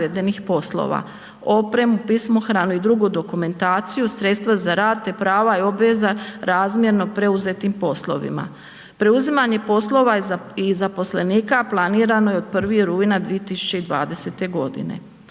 poslova, opremu, pismohranu i drugu dokumentaciju, sredstva za rada te prava i obveza razmjeno preuzetim poslovima. Preuzimanje poslova i zaposlenika planirano je od 1. rujna 2020. godine.